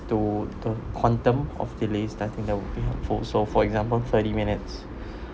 though the quantum of delays definitely that would be for so for example thirty minutes